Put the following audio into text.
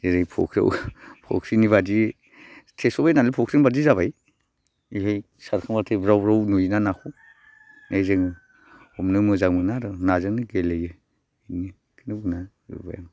ओरै फुख्रियाव फुख्रिनि बादि थेसबायनालाय फुख्रिनिबादि जाबाय इहाय सारखांब्लाथाय ब्राव ब्राव नुयो नाखौ बेहाय जों हमनो मोजां मोनो आर' नाजोंनो गेलेयो बेखौनो होनना होबाय आं